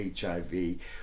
hiv